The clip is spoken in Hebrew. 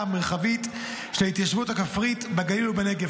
המרחבית של ההתיישבות הכפרית בגליל ובנגב.